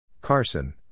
Carson